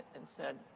instead.